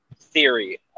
theory